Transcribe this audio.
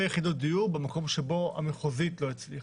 יחידות דיור במקום שבו המחוזית לא הצליחה.